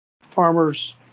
farmers